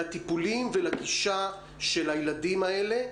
לטיפולים ולגישה של הילדים האלה,